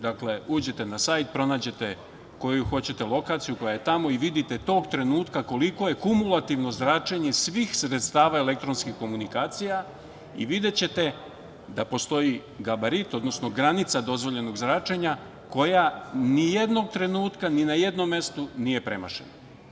Dakle, uđete na sajt, pronađete koju hoćete lokaciju koja je tamo i vidite tog trenutka koliko je kumulativno zračenje svih sredstava elektronskih komunikacija i videćete da postoji gabarit, odnosno granica dozvoljenog zračenja koja ni jednog trenutak ni na jednom mestu nije premašena.